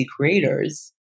creators